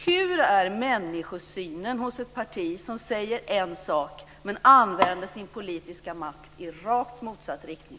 Hur är människosynen hos ett parti som säger en sak men använder sin politiska makt i rakt motsatt riktning?